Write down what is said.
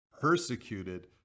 persecuted